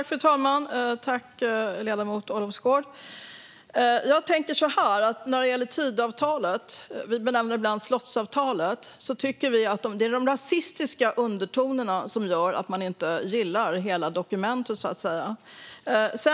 Fru talman! När det gäller Tidöavtalet, som vi ibland benämner som slottsavtalet, är det de rasistiska undertonerna som gör att man inte gillar hela dokumentet.